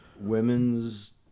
women's